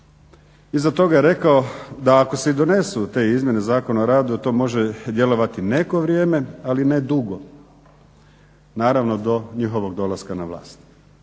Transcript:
Iza toga je rekao da ako se i donesu te izmjene Zakona o radu to može djelovati neko vrijeme ali ne dugo, naravno do njihovog dolaska na vlast.